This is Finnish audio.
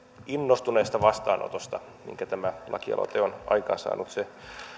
innostuneesta vastaanotosta minkä tämä lakialoite on aikaansaanut se